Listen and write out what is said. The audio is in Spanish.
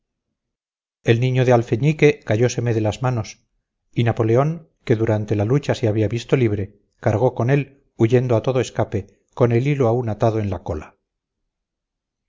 el niño de alfeñique cayóseme de las manos y napoleón que durante la lucha se había visto libre cargó con él huyendo a todo escape con el hilo aún atado en la cola